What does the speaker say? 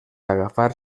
agafar